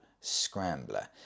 Scrambler